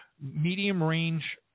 medium-range